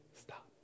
stop